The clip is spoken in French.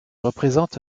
représente